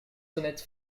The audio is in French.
honnêtes